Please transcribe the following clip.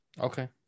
Okay